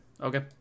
Okay